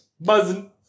Buzzing